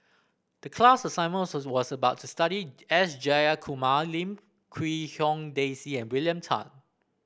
the class assignment was was about to study S Jayakumar Lim Quee Hong Daisy and William Tan